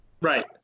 Right